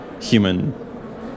human